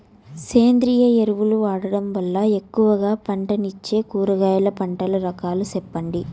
సేంద్రియ ఎరువులు వాడడం వల్ల ఎక్కువగా పంటనిచ్చే కూరగాయల పంటల రకాలు సెప్పండి?